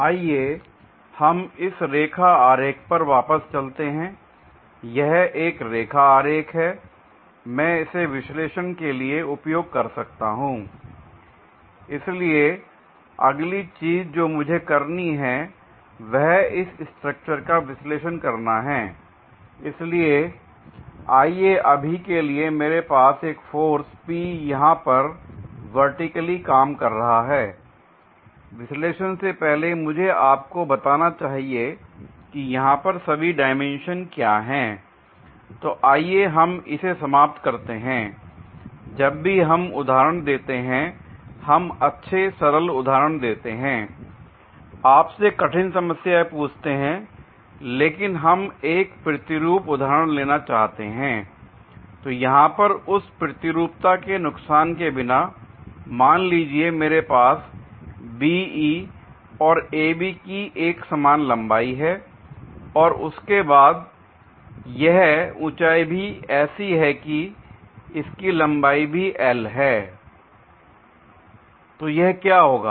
आइए हम इस रेखा आरेख पर वापस चलते हैं यह एक रेखा आरेख है मैं इसे विश्लेषण के लिए उपयोग कर सकता हूं l इसलिएअगली चीज जो मुझे करनी है वह इस स्ट्रक्चर का विश्लेषण करना है l इसलिए आइए अभी के लिए मेरे पास एक फोर्स P यहां पर वर्टिकली काम कर रहा है विश्लेषण से पहले मुझे आपको बताना चाहिए कि यहां पर सभी डायमेंशन क्या हैं l तो आइए हम इसे समाप्त करते हैं l जब भी हम उदाहरण देते हैं हम अच्छे सरल उदाहरण देते हैं आप से कठिन समस्याएं पूछते हैं लेकिन हम एक प्रतिरूप उदाहरण लेना चाहते हैं l तो यहां पर उस प्रतिरूपता के नुकसान के बिना मान लीजिए मेरे पास BE और AB की एक समान लंबाई हैं और इसके बाद यह ऊंचाई भी ऐसी है की इसकी लंबाई भी L है l तो यह क्या होगा